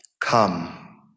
come